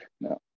no